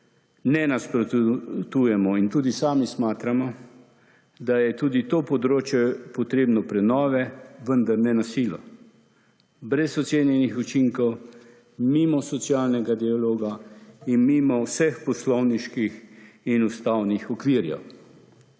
ne nasprotujemo in tudi sami smatramo, da je tudi to področje potrebno prenove, vendar ne na silo, brez ocenjenih učinkov, mimo socialnega dialoga in mimo vseh poslovniških in ustavnih okvirjev.